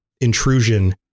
intrusion